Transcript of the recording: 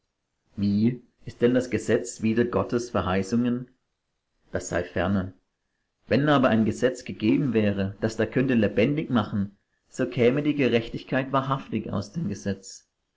wie ist denn das gesetz wider gottes verheißungen das sei ferne wenn aber ein gesetz gegeben wäre das da könnte lebendig machen so käme die gerechtigkeit wahrhaftig aus dem gesetz